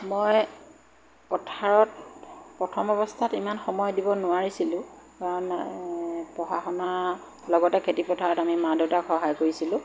মই পথাৰত প্ৰথম অৱস্থাত ইমান সময় দিব নোৱাৰিছিলোঁ কাৰণ পঢ়া শুনাৰ লগতে খেতি পথাৰত আমি মা দেউতাক সহায় কৰিছিলোঁ